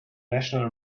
national